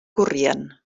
corrien